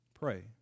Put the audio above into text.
Pray